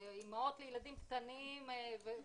אימהות לילדים קטנים וכו'